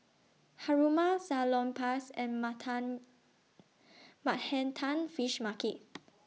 Haruma Salonpas and Manhattan Fish Market